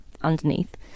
underneath